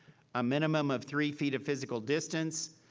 a minimum of three feet of physical distance.